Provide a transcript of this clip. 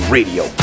Radio